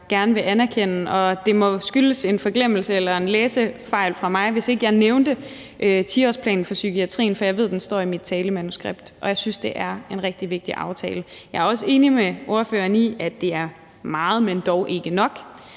gerne vil anerkende, og det må skyldes en forglemmelse eller en læsefejl fra min side, hvis ikke jeg nævnte 10-årsplanen for psykiatrien, for jeg ved, den står i mit talemanuskript, og jeg synes, det er en rigtig vigtig aftale. Jeg er også enig med ordføreren i, at det er meget, men dog ikke nok.